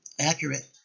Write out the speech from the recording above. accurate